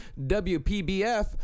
WPBF